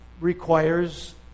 requires